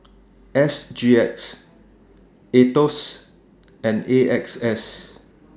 S G X Aetos and A X S